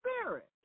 Spirit